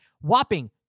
whopping